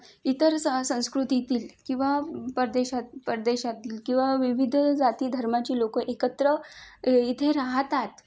इतर स संस्कृतील किंवा परदेशात परदेशातील किंवा विविध जाती धर्माची लोकं एकत्र इथे राहतात